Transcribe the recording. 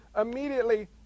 immediately